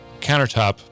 countertop